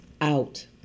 out